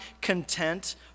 content